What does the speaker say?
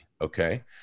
Okay